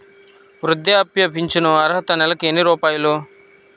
వృద్ధాప్య ఫింఛను అర్హత నెలకి ఎన్ని రూపాయలు?